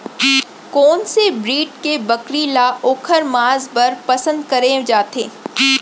कोन से ब्रीड के बकरी ला ओखर माँस बर पसंद करे जाथे?